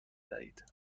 دهید